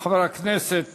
חבר הכנסת